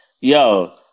Yo